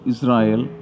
Israel